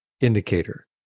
indicator